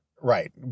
right